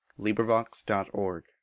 LibriVox.org